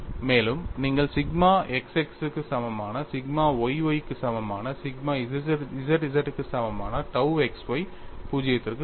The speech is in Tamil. மேலும் நீங்கள் சிக்மா x x க்கு சமமான சிக்மா y y க்கு சமமான சிக்மா z z க்கு சமமான tau x y 0 க்கு சமம்